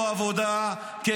הוא שירת בצה"ל.